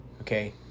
Okay